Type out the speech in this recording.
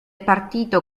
partito